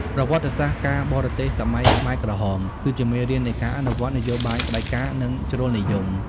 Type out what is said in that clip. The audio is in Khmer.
ប្រវត្តិសាស្ត្រការបរទេសសម័យខ្មែរក្រហម គឺជាមេរៀននៃការអនុវត្តនយោបាយផ្ដាច់ការ និងជ្រុលនិយម។